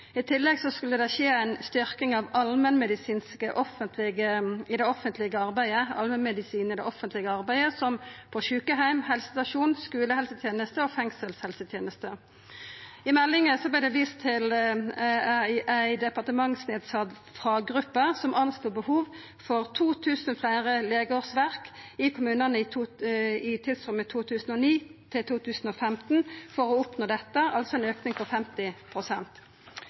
I tillegg skulle det skje ei styrking av allmennmedisinen i det offentlege – som på sjukeheim, helsestasjon, skulehelseteneste og fengselshelseteneste. I meldinga vart det vist til ei departementsnedsett faggruppe, som anslo eit behov for 2 000 fleire legeårsverk i kommunane i tidsrommet 2009–2015 for å oppnå dette, altså ein auke på